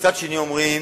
ומצד שני אומרים